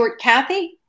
kathy